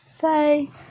say